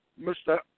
Mr